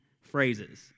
phrases